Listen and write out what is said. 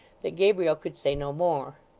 that gabriel could say no more.